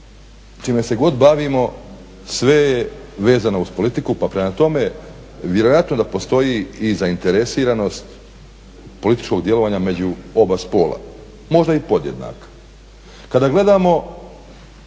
čime se god bavimo sve je vezano uz politiku pa prema tome vjerojatno da postoji i zainteresiranost političkog djelovanja među oba spola, možda i podjednaka.